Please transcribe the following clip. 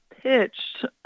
pitched